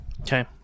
Okay